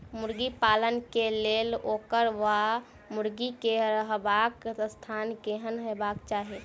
मुर्गी पालन केँ लेल ओकर वा मुर्गी केँ रहबाक स्थान केहन हेबाक चाहि?